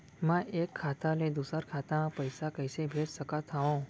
मैं एक खाता ले दूसर खाता मा पइसा कइसे भेज सकत हओं?